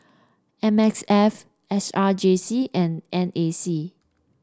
M S F S R J C and N A C